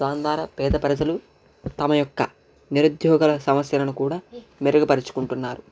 దాని ద్వారా పేద ప్రజలు తమ యొక్క నిరుద్యోగుల సమస్యలను కూడా మెరుగుపరుచుకుంటున్నారు